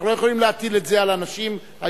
אנחנו לא יכולים להטיל את זה על האנשים היותר